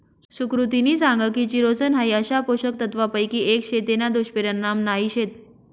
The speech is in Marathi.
सुकृतिनी सांग की चिरोसन हाई अशा पोषक तत्वांपैकी एक शे तेना दुष्परिणाम नाही शेत